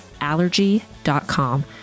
allergy.com